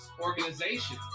organization